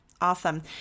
Awesome